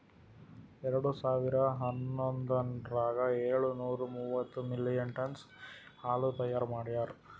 ಎರಡು ಸಾವಿರಾ ಹನ್ನೊಂದರಾಗ ಏಳು ನೂರಾ ಮೂವತ್ತು ಮಿಲಿಯನ್ ಟನ್ನ್ಸ್ ಹಾಲು ತೈಯಾರ್ ಮಾಡ್ಯಾರ್